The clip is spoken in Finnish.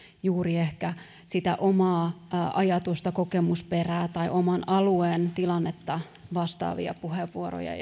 juuri ehkä sitä omaa ajatusta kokemusperää tai oman alueen tilannetta vastaavia puheenvuoroja